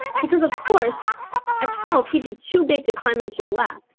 because of course at twelve he'd be too big to climb into your lap.